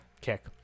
kick